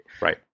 Right